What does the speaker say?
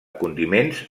condiments